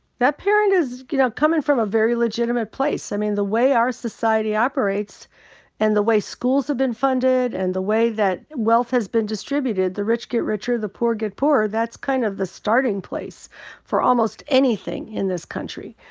that parent is, you know, comin' from a very legitimate place. i mean, the way our society operates and the way schools have been funded and the way that wealth has been distributed, the rich get richer, the poor getting poorer. that's kind of the starting place for almost anything in this country.